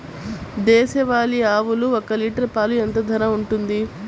దేశవాలి ఆవులు ఒక్క లీటర్ పాలు ఎంత ధర ఉంటుంది?